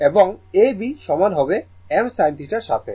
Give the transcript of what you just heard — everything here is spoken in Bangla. এবং A B সমান হবে m sin এর সাথে